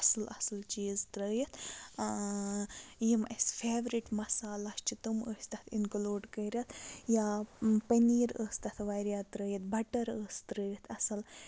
اَصٕل اَصٕل چیٖز ترٲیِتھ یِم اَسہِ فیورِٹ مَسالا چھِ تٕم ٲسۍ تَتھ اِنکٔلوٗڈ کٔرِتھ یا پٔنیٖر ٲس تَتھ واریاہ ترٲیِتھ بَٹر ٲس ترٲیِتھ اَصٕل